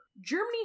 Germany